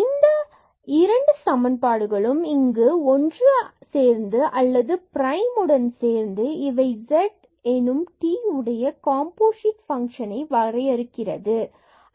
பின்பு இந்த இரண்டு சமன்பாடுகளும் இங்கு ஒன்று சேர்ந்து அல்லது பிரைம் உடன் சேர்ந்து இவை z எனும் t உடைய காம்போசிட் ஃபங்ஷன்ஐ வரையறுக்கிறது